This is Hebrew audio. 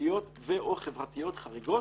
משפחתיות ו/או חברתיות חריגות